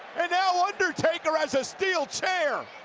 and now undertaker has a steel chair.